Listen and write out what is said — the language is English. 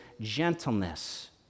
gentleness